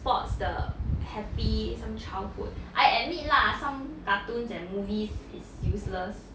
sports 的 happy some childhood I admit lah some cartoons and movies is useless